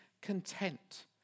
content